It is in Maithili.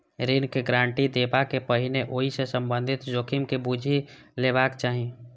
ऋण के गारंटी देबा सं पहिने ओइ सं संबंधित जोखिम के बूझि लेबाक चाही